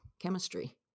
chemistry